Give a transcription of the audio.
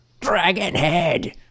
Dragonhead